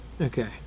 Okay